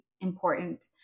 important